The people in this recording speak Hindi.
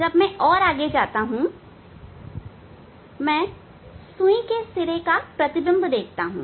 जब मैं आगे और आगे जाता हूं मैं सुई के सिरे का प्रतिबिंब देखता हूं